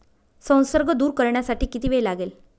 संसर्ग दूर करण्यासाठी किती वेळ लागेल?